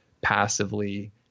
passively